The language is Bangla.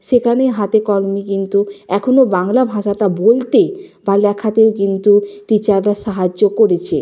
সেখানে হাতেকলমে কিন্তু এখনও বাংলা ভাষাটা বলতে বা লেখাতেও কিন্তু টিচাররা সাহায্য করেছে